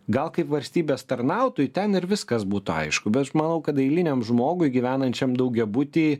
gal kaip valstybės tarnautojui ten ir viskas būtų aišku bet aš manau kad eiliniam žmogui gyvenančiam daugiabuty